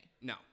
No